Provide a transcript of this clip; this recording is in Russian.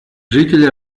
жители